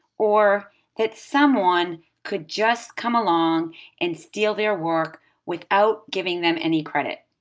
or that someone could just come along and steal their work without giving them any credit.